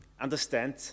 understand